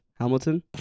Hamilton